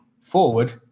forward